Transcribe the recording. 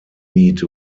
meet